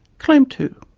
claim two.